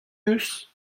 deus